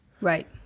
Right